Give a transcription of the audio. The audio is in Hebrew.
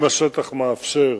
אם השטח מאפשר,